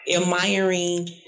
admiring